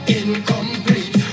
incomplete